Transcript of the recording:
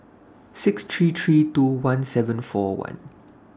six three three two one seven four one